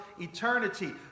eternity